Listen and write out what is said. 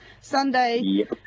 Sunday